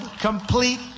complete